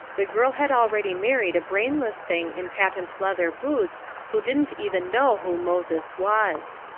the girl had already married a brainless thing in patent leather boots who didn't even know who moses was.